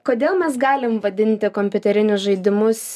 kodėl mes galim vadinti kompiuterinius žaidimus